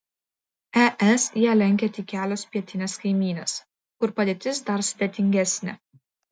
es ją lenkia tik kelios pietinės kaimynės kur padėtis dar sudėtingesnė